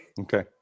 Okay